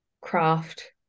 craft